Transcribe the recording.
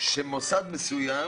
שמוסד מסוים